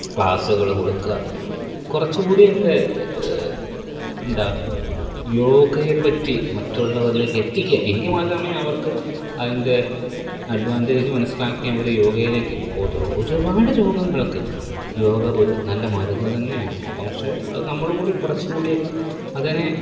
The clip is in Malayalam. ക്ലാസുകൾ കൊടുക്കുക കുറച്ചു കൂടിയൊക്കെ എന്താണ് യോഗയെ പറ്റി മറ്റുള്ളവരിലേക്ക് എത്തിക്കുക എങ്കിൽ മാത്രമേ അവര്ക്ക് അതിന്റെ അഡ്വാൻറ്റേജ് മനസ്സിലാക്കിയവർ യോഗയിലേക്ക് പോവത്തുള്ളു ഒരുപാട് രോഗങ്ങള്ക്ക് യോഗ ഒരു നല്ല മരുന്ന് തന്നെയാണ് അപ്പം പക്ഷെ അത് നമ്മൾ കൂടി കുറച്ചു കൂടിയൊക്കെ അതിനെ